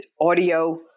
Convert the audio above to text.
audio